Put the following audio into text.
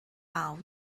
out